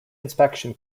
inspection